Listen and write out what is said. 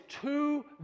two